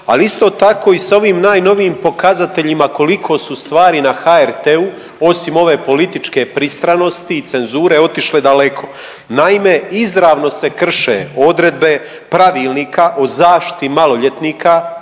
ali isto tako i sa ovim najnovijim pokazateljima koliko su stvari na HRT-u osim ove političke pristranosti i cenzure otišle daleko. Naime, izravno se krše odredbe Pravilnika o zaštiti maloljetnika